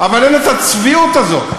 אבל אין הצביעות הזאת,